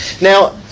Now